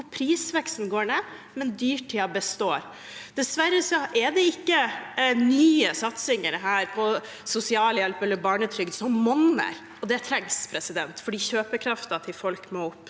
prisveksten går ned, men dyrtiden består. Dessverre er det ikke nye satsinger her på sosialhjelp eller barnetrygd som monner, og det trengs, for kjøpekraften til folk må opp.